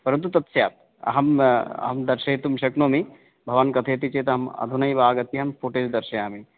परन्तु तत् स्यात् अहम् अहं दर्शयितुं शक्नोमि भवान् कथयति चेत् अहम् अधुनैव आगत्य अहं फ़ूटेज् दर्शयामि